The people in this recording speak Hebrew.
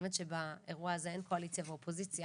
האמת שבאירוע הזה אין קואליציה ואופוזיציה